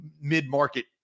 mid-market